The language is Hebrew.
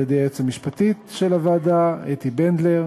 על-ידי היועצת המשפטית של הוועדה אתי בנדלר